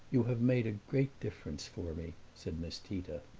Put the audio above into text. you have made a great difference for me, said miss tita.